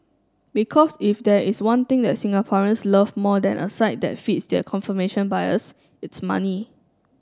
because if there is one thing that Singaporeans love more than a site that feeds their confirmation bias it's money